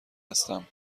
هستم